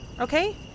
Okay